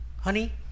honey